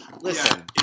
listen